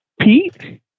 Pete